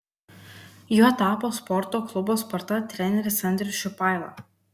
juo tapo sporto klubo sparta treneris andrius šipaila